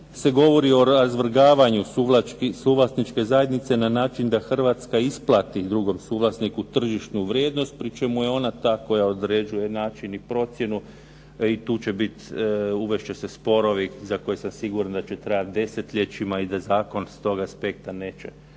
se govori o razvrgavanju suvlasničke zajednice, na način da Hrvatska isplati drugom suvlasniku tržišnu vrijednost, pri čemu je ona ta koja određuje način i procjenu. I tu će se uvesti sporovi za koje sam siguran da će trajati desetljećima i da zakon s toga aspekta neće